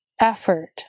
effort